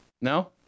No